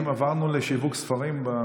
האם עברנו לשיווק ספרים?